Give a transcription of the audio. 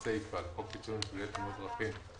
סיפה לחוק פיצויים לנפגעי תאונות דרכים,